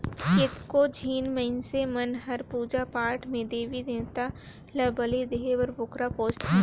कतको झिन मइनसे मन हर पूजा पाठ में देवी देवता ल बली देय बर बोकरा पोसथे